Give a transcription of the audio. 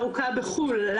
מה זאת אומרת?